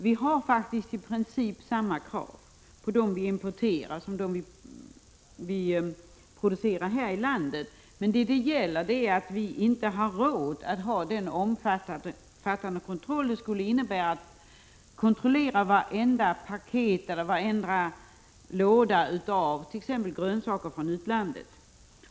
Vi har faktiskt i princip samma krav på livsmedel som vi importerar som på dem vi producerar här i landet, men vi har inte råd att ha den omfattande kontroll som det skulle innebära att kontrollera vartenda paket eller varenda låda av t.ex. grönsaker från utlandet.